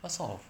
what sort of